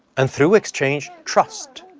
and through exchange, trust.